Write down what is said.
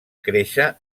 créixer